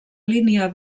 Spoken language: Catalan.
línia